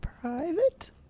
private